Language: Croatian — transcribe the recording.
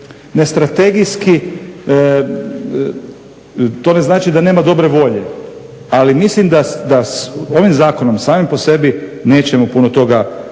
ne strategijski. To ne znači da nema dobre volje, ali mislim da ovim zakonom samim po sebi nećemo puno toga riješiti.